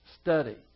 study